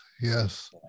yes